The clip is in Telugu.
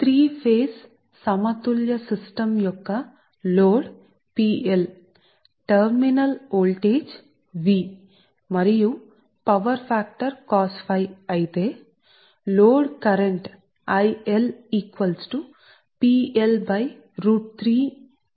3 ఫేజ్ మూడు దశల బ్యాలెన్స్ సిస్టమ్ కోసం ఉదాహరణకు లోడ్ అని చెబితే కొంత టెర్మినల్ వోల్టేజ్ V మరియు పవర్ ఫ్యాక్టర్ cosɸ అప్పుడు లోడ్ కరెంట్ IL Pi3Vcosఅని ఇవ్వబడినది ఇది సమీకరణం 35